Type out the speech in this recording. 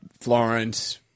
Florence